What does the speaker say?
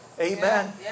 Amen